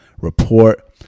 report